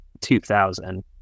2000